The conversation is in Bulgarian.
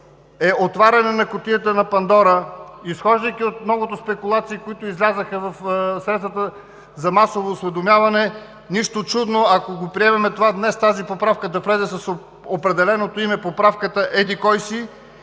е отваряне на кутията на Пандора. Изхождайки от многото спекулации, които излязоха в средствата за масово осведомяване, нищо чудно, ако го приемем това днес, тази поправка да влезе с определеното име – поправката еди-кой си,